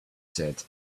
said